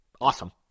Awesome